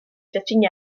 fifteen